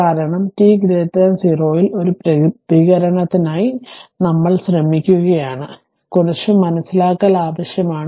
കാരണം t0 ൽ ഒരു പ്രതികരണത്തിനായി നമ്മൾ ശ്രമിക്കുകയാണ് കുറച്ച് മനസ്സിലാക്കൽ ആവശ്യമാണ്